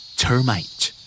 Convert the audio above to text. termite